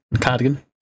Cardigan